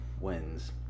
wins